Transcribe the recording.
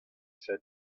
said